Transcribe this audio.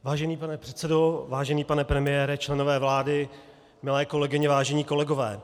Vážený pane předsedo, vážený pane premiére, členové vlády, milé kolegyně, vážení kolegové.